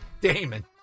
Damon